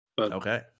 Okay